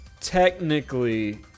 Technically